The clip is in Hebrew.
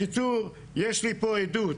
בקיצור, יש לי פה עדות,